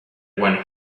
one